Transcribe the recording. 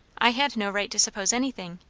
i had no right to suppose anything.